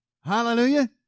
Hallelujah